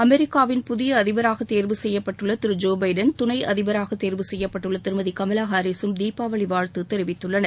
அமெரிக்காவின் புதிய அதிபராக தேர்வு செய்யப்பட்டுள்ள திரு ஜோ பைடன் துணை அதிபராக தேர்வு செய்யப்பட்டுள்ள திருமதி கமலா ஹாரிஸும் தீபாவளி வாழ்த்து தெரிவித்துள்ளனர்